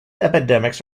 epidemics